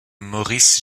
maurice